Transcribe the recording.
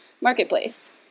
marketplace